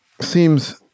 seems